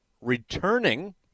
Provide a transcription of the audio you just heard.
returning